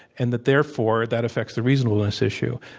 and that, therefore, that affects the reasonableness issue.